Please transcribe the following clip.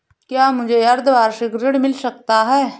क्या मुझे अर्धवार्षिक ऋण मिल सकता है?